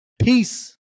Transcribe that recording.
Peace